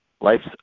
life's